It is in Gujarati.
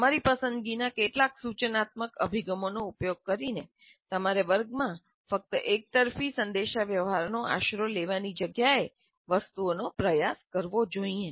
તમારી પસંદગીના કેટલાક સૂચનાત્મક અભિગમનો ઉપયોગ કરીને તમારે વર્ગમાં ફક્ત એકતરફી સંદેશાવ્યવહારનો આશરો લેવાની જગ્યાએ વસ્તુઓનો પ્રયાસ કરવો જોઈએ